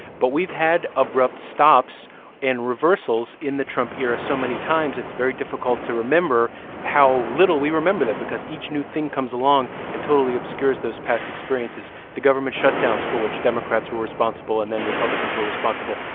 but we've had abrupt stops and reversals in the trump era so many times. it's very difficult to remember how little we remember them because each new thing comes along and totally obscures those past experiences the government shutdowns for which democrats were responsible and then republicans were responsible,